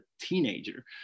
teenager